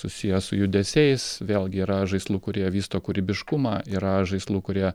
susijęs su judesiais vėlgi yra žaislų kurie vysto kūrybiškumą yra žaislų kurie